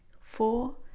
four